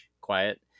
quiet